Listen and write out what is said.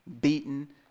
beaten